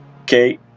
okay